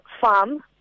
farm